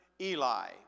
Eli